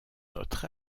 notre